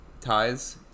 ties